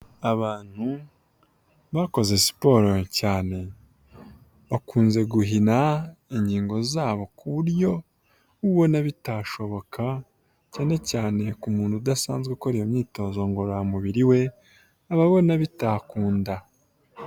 Abantu bakoze siporo cyane bakunze guhina ingingo zabo ku buryo uba ubona bitashoboka cyane cyane ku muntu udasanzwe ukora iyo myitozo ngororamubiri we aba abona bitakunda.